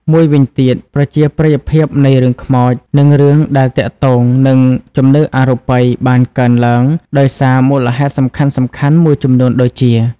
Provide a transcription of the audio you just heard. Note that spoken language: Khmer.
មួយវិញទៀត ប្រជាប្រិយភាពនៃរឿងខ្មោចនិងរឿងដែលទាក់ទងនឹងជំនឿអរូបីបានកើនឡើងដោយសារមូលហេតុសំខាន់ៗមួយចំនួនដូចជា។